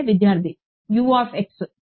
విద్యార్థి U